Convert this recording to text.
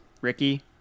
Ricky